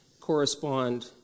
correspond